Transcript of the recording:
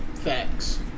Facts